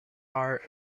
heart